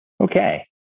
Okay